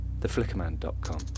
theflickerman.com